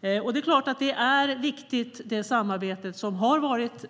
Det är klart att det samarbetet är viktigt.